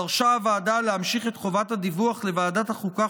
דרשה הוועדה להמשיך את חובת הדיווח לוועדת החוקה,